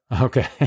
Okay